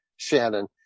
shannon